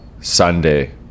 Sunday